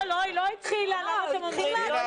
לא לא, היא לא התחילה, למה אתם אומרים?